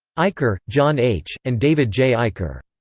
eicher, john h, and david j. eicher.